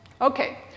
Okay